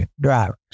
drivers